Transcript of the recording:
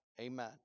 Amen